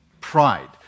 pride